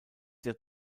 dort